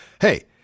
hey